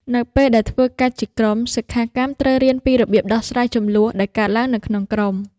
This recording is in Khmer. នៅពេលដែលធ្វើការជាក្រុម សិក្ខាកាមត្រូវរៀនពីរបៀប ដោះស្រាយជម្លោះ ដែលកើតឡើងនៅក្នុងក្រុម។